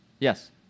Yes